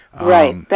Right